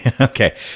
okay